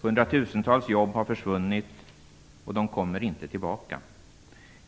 Hundratusentals jobb har försvunnit och de kommer inte tillbaka.